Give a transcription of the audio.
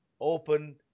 open